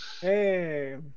hey